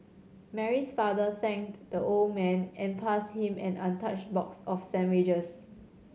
Mary's father thanked the old man and passed him an untouched box of sandwiches